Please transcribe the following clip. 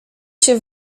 się